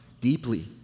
deeply